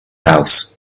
house